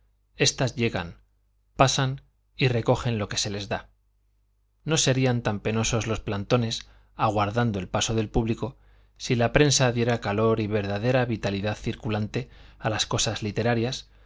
estas llegan pasan y recogen lo que se les da no serían tan penosos los plantones aguardando el paso del público si la prensa diera calor y verdadera vitalidad circulante a las cosas literarias